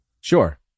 Sure